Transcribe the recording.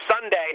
Sunday